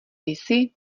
jsi